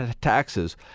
taxes